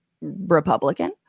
Republican